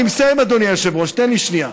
אני מסיים אדוני היושב-ראש, תן לי שנייה.